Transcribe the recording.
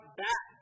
back